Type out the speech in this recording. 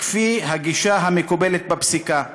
כפי הגישה המקובלת בפסיקה",